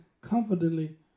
confidently